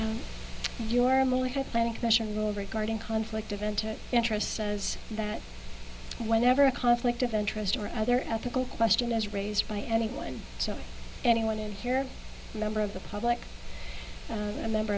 rule regarding conflict of interest interest says that whenever a conflict of interest or other ethical question is raised by anyone so anyone in here member of the public and a member